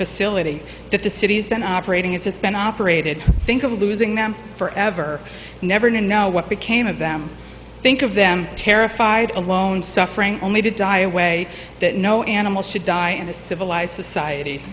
facility that the city's been operating as it's been operated think of losing them forever and never know what became of them think of them terrified alone suffering only to die a way that no animal should die in a civilized society